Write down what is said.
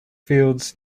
fields